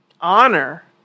honor